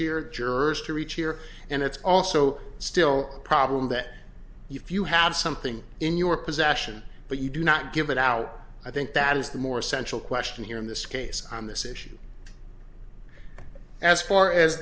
here jurors to reach here and it's also still a problem that if you have something in your possession but you do not give it out i think that is the more essential question here in this case on this issue as far as